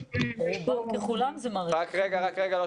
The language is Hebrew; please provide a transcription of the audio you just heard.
רובם ככולם זה מערכת החינוך.